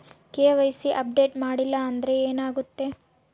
KYC update ಮಾಡಿಲ್ಲ ಅಂದ್ರೆ ಏನಾಗುತ್ತೆ?